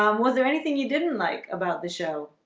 um was there anything you didn't like about the show?